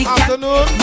Afternoon